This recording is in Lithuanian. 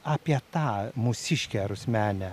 apie tą mūsiškę rusmenę